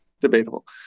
Debatable